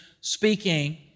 speaking